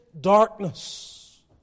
darkness